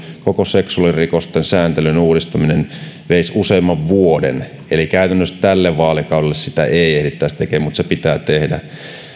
koko seksuaalirikosten sääntelyn uudistamisen huolellinen valmistelu veisi useamman vuoden eli käytännössä tälle vaalikaudelle sitä ei ehdittäisi tekemään mutta se pitää tehdä ja